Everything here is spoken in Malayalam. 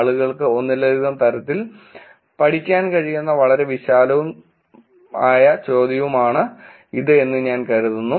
ആളുകൾക്ക് ഒന്നിലധികം തരത്തിൽ പഠിക്കാൻ കഴിയുന്ന വളരെ വിശാലവും ചോദ്യവുമാണ് ഇത് എന്ന് ഞാൻ കരുതുന്നു